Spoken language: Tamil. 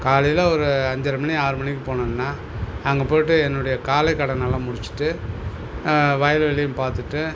காலையில் ஒரு அஞ்சரை மணி ஆறு மணிக்கு போனன்னா அங்கே போயிவிட்டு என்னுடைய காலை கடன் எல்லாம் முடிச்சிவிட்டு வயல் வெளியும் பார்த்துட்டு